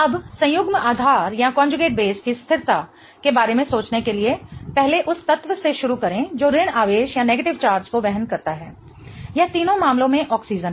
अब संयुग्म आधार की स्थिरता के बारे में सोचने के लिए पहले उस तत्व से शुरू करें जो ऋण आवेश को वहन करता है यह तीनों मामलों में ऑक्सीजन है